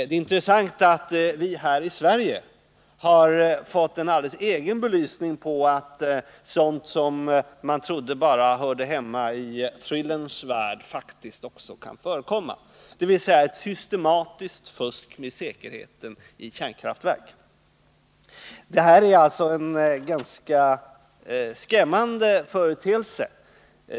Det är intressant att vi här i Sverige har fått en alldeles egen belysning på att sådant som man trodde bara hörde hemma i thrillerns värld faktiskt också kan förekomma, dvs. ett systematiskt fusk med säkerheten vid kärnkraftverk. Det här är alltså en ganska skrämmande företeelse.